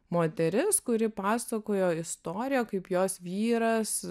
moteris kuri pasakojo istoriją kaip jos vyras